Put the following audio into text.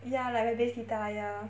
ya like my bass guitar ya